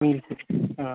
ആ